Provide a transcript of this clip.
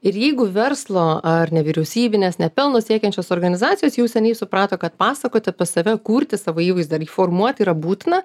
ir jeigu verslo ar nevyriausybinės nepelno siekiančios organizacijos jau seniai suprato kad pasakot apie save kurti savo įvaizdį ar jį formuoti yra būtina